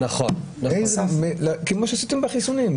כמו שעשיתם בחיסונים.